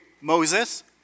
Moses